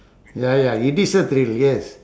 ya ya it is a thrill yes